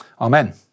Amen